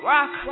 Rock